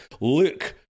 Look